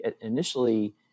initially